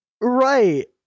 right